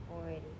already